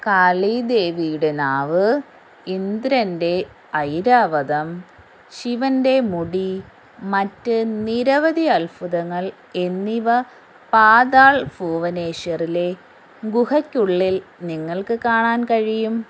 കാളീദേവിയുടെ നാവ് ഇന്ദ്രന്റെ ഐരാവതം ശിവന്റെ മുടി മറ്റ് നിരവധി അത്ഭുതങ്ങൾ എന്നിവ പാതാള് ഭുവനേശ്വറിലെ ഗുഹകൾക്കുള്ളില് നിങ്ങൾക്ക് കാണാൻ കഴിയും